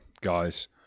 guys